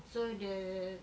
so the